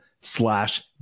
slash